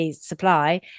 supply